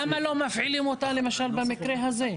למה לא מפעילים אותה למשל במקרה הזה?